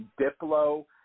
Diplo